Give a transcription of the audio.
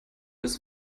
ist